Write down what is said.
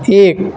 ایک